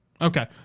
Okay